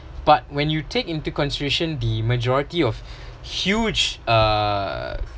but when you take into consideration the majority of huge uh